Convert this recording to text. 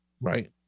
right